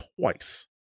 twice